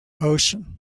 ocean